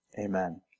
amen